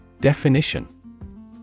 Definition